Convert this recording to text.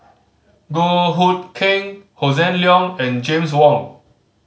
Goh Hood Keng Hossan Leong and James Wong